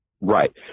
Right